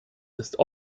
ist